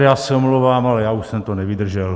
Já se omlouvám, ale já už jsem to nevydržel.